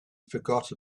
forgot